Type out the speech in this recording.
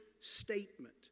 statement